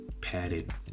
padded